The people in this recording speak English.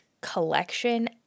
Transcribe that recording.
collection